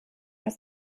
aus